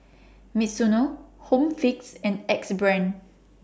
Misuno Home Fix and Axe Brand